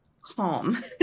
calm